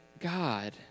God